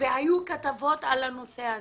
והיו כתבות על הנושא הזה.